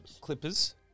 Clippers